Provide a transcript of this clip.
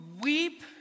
weep